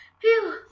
Phew